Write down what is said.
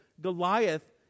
Goliath